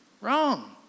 Wrong